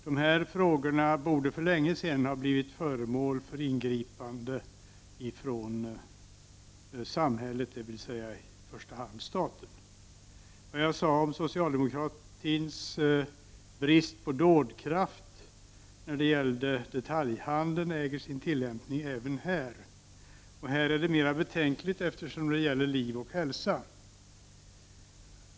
Dessa frågor borde för länge sedan ha blivit föremål för samhällets ingripande, dvs. i första hand staten. Vad jag har sagt om socialdemokratins totala brist på dådkraft när det gäller detaljhandeln äger sin tillämpning även här, och här är det än mer betänkligt eftersom det gäller liv och hälsa.